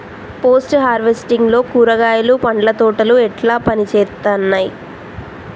Post harvesting లో కూరగాయలు పండ్ల తోటలు ఎట్లా పనిచేత్తనయ్?